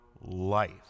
life